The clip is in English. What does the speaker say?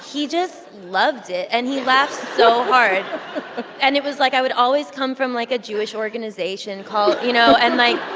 he just loved it. and he laughed so hard and it was like i would always come from, like, a jewish organization call you know? and like.